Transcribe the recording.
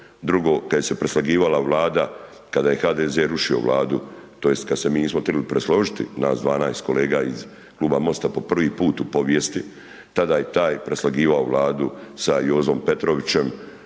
Drugo kad se preslagivala Vlada, kada je HDZ rušio Vladu tj. kad se mi nismo htjeli presložiti, nas 12 kolega iz kluba MOST-a po prvi put u povijesti, tada je taj preslagivao Vladu sa Jozom Petrovićem